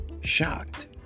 shocked